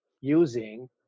using